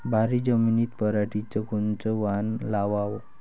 भारी जमिनीत पराटीचं कोनचं वान लावाव?